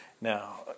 Now